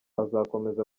azakomeza